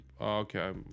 okay